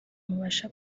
mubasha